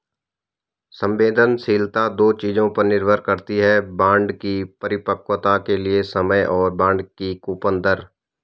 संवेदनशीलता दो चीजों पर निर्भर करती है बॉन्ड की परिपक्वता के लिए समय और बॉन्ड की कूपन दर